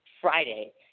Friday